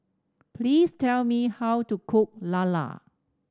please tell me how to cook Lala